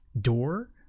door